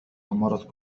المرض